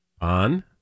on